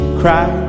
cry